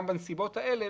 גם בנסיבות האלה